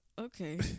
okay